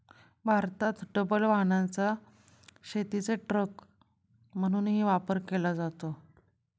भारतात डबल वाहनाचा शेतीचे ट्रक म्हणूनही वापर केला जातो